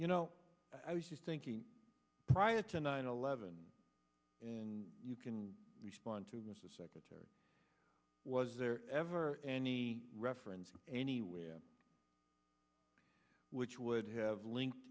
you know i was just thinking prior to nine eleven and you can respond to mr secretary was there ever any reference anywhere which would have link